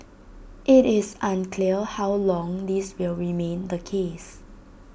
IT is unclear how long this will remain the case